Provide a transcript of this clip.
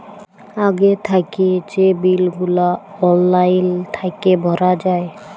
আগে থ্যাইকে যে বিল গুলা অললাইল থ্যাইকে ভরা যায়